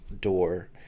door